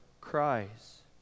cries